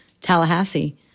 Tallahassee